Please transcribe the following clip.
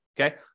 Okay